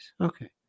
Okay